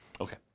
Okay